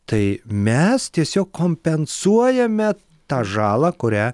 tai mes tiesiog kompensuojame tą žalą kurią